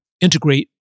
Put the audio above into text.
integrate